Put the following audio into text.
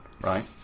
right